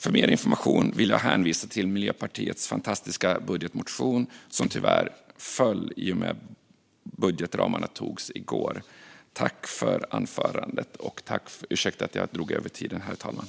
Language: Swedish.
För mer information vill jag hänvisa till Miljöpartiets fantastiska budgetmotion, som tyvärr föll i och med att budgetramarna togs i går. Ursäkta att jag drog över tiden, herr talman!